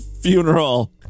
funeral